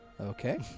Okay